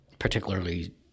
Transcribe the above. particularly